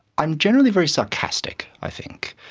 i'm generally very sarcastic i think.